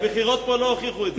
הבחירות פה לא הוכיחו את זה.